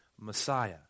Messiah